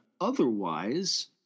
otherwise